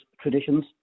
traditions